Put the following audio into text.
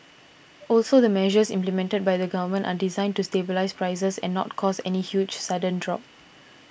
also the measures implemented by the Government are designed to stabilise prices and not cause any huge sudden drop